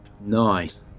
Nice